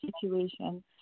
situation